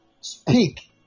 speak